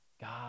God